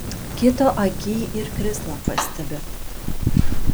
kito akyj ir krislą pastebi